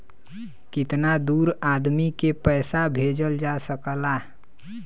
कितना दूर आदमी के पैसा भेजल जा सकला?